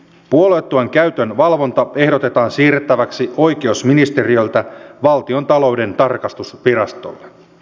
puoluetuen käytön valvonta ehdotetaan siirrettäväksi oikeusministeriöltä valtiontalouden tarkastusvirastolle